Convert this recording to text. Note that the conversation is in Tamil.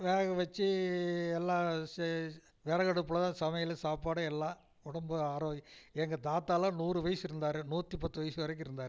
வேக வெச்சு எல்லாம் செ விறகு அடுப்பில் தான் சமையல் சாப்பாடு எல்லாம் உடம்பு ஆரோ எங்கள் தாத்தால்லாம் நூறு வயசு இருந்தார் நூற்றிப் பத்து வயசு வரைக்கும் இருந்தார்